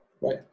right